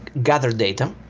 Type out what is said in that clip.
gather data,